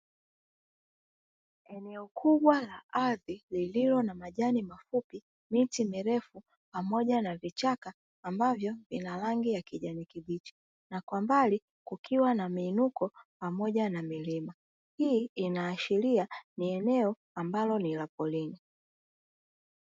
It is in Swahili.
eneo kubwa la ardhi lililo na majani mafupi miti mirefu pamoja na vichaka ambavyo ina rangi ya kijani kibichi na kwa mbali kukiwa na miinuko pamoja na milima hii inaashiria ni eneo ambalo ni la porini.